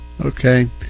Okay